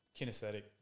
kinesthetic